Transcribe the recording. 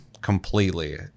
completely